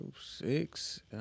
six